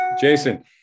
Jason